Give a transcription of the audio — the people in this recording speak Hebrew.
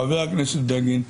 חבר הכנסת בגין,